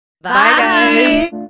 Bye